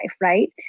right